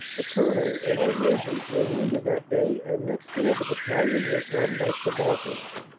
the colonel and our majors were vounded that day and next day the battalion was run by subalterns.